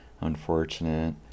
unfortunate